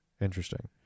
Interesting